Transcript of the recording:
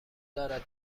دارد